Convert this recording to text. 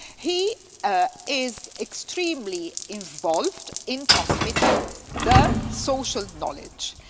he ah is extremely involved in transmitting the social knowledge.